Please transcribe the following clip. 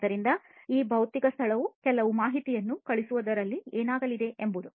ಆದ್ದರಿಂದ ಈ ಭೌತಿಕ ಸ್ಥಳವು ಕೆಲವು ಮಾಹಿತಿಯನ್ನು ಕಳುಹಿಸಿದರೆ ಏನಾಗಲಿದೆ ಎಂಬುದು